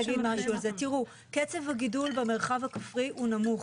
תראו, קצב הגידול במרחב הכפרי הוא נמוך.